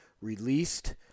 released